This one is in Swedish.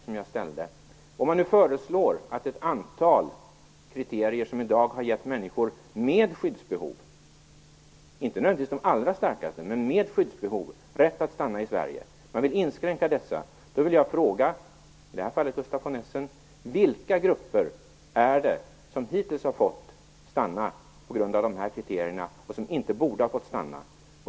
Om man nu föreslår att ett antal kriterier som i dag har gett människor med skyddsbehov, inte nödvändigtvis de allra starkaste, rätt att stanna i Sverige inskränks, vilka grupper är det som hittills på grund av dessa kriterier har fått stanna men som inte borde ha fått stanna?